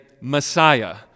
Messiah